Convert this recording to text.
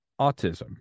autism